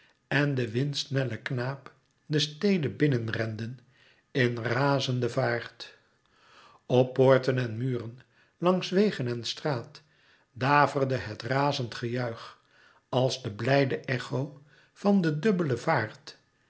en de windsnelle knaap de stede binnen renden in razende vaart op poorten en muren langs wegen en straat daverde het razend gejuich als de blijde echo van den dubbelen vaart